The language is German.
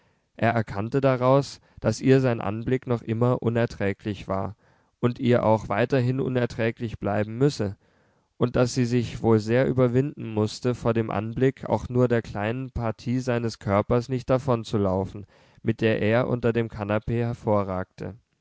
er erkannte daraus daß ihr sein anblick noch immer unerträglich war und ihr auch weiterhin unerträglich bleiben müsse und daß sie sich wohl sehr überwinden mußte vor dem anblick auch nur der kleinen partie seines körpers nicht davonzulaufen mit der er unter dem kanapee hervorragte